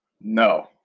No